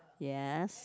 yes